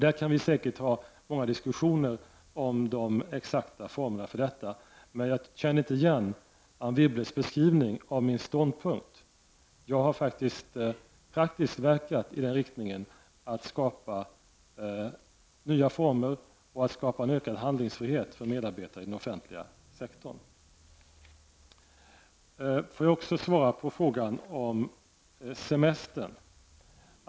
Vi kan säkert föra många diskussioner om de exakta formerna för detta, men jag kände inte igen Anne Wibbles beskrivning av min ståndpunkt. Jag har praktiskt verkat i den riktningen, för att skapa nya former och en ökad handlingsfrihet för medarbetare i den offentliga sektorn. Får jag också svara på frågan om semestern.